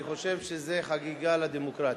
אני חושב שזו חגיגה לדמוקרטיה.